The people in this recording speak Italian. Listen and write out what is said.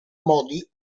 modi